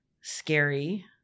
scary